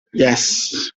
yes